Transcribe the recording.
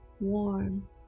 warm